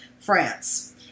France